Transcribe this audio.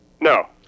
No